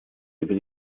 über